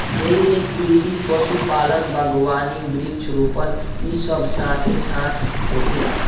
एइमे कृषि, पशुपालन, बगावानी, वृक्षा रोपण इ सब साथे साथ होखेला